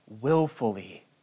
willfully